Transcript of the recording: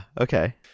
Okay